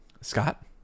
Scott